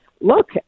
look